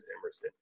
Emerson